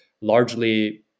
largely